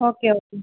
okay okay